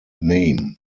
name